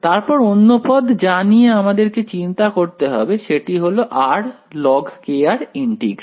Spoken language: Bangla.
তারপর অন্য পদ যা নিয়ে আমাদেরকে চিন্তা করতে হবে সেটি হল r log ইন্টিগ্রাল